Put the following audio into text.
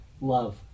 love